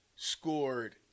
Scored